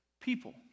people